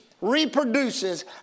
reproduces